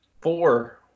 four